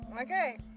okay